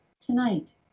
Tonight